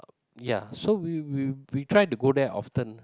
ya so we we we try to go there often